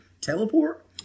teleport